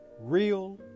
Real